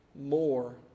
More